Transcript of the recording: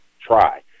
try